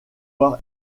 avoir